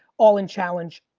all-in challenge.